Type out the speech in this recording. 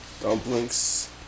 Dumplings